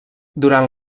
durant